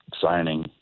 signing